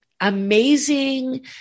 amazing